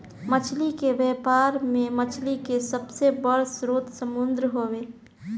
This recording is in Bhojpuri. मछली के व्यापार में मछली के सबसे बड़ स्रोत समुंद्र हवे